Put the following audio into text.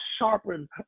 sharpen